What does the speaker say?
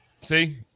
See